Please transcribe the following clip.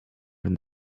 from